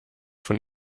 von